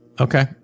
Okay